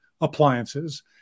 appliances